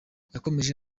yakomeje